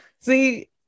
See